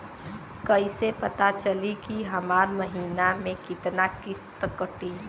कईसे पता चली की हमार महीना में कितना किस्त कटी?